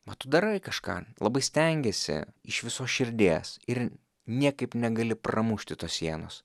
mat tu darai kažką labai stengiesi iš visos širdies ir niekaip negali pramušti tos sienos